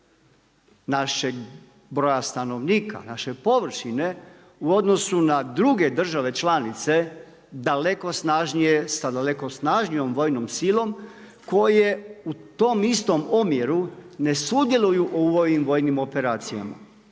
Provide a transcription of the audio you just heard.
našeg broja stanovnika, naše površine u odnosu na druge države članice daleko snažnije, sa daleko snažnijom vojnom silom koje u tom istom omjeru ne sudjeluju u ovim vojnim operacijama.